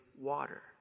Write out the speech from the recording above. water